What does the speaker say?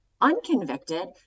unconvicted